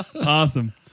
awesome